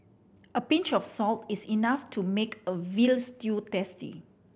a pinch of salt is enough to make a veal stew tasty